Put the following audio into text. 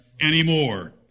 anymore